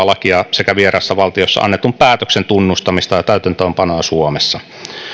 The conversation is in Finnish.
lakia sekä vieraassa valtiossa annetun päätöksen tunnustamista ja täytäntöönpanoa suomessa